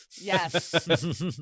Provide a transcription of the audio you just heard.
Yes